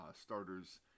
starters